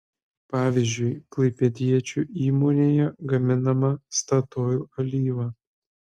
pavyzdžiui klaipėdiečių įmonėje gaminama statoil alyva